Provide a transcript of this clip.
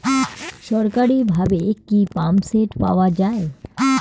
সরকারিভাবে কি পাম্পসেট পাওয়া যায়?